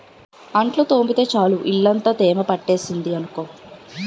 అంట్లు తోమితే చాలు ఇల్లంతా తేమ పట్టేసింది అనుకో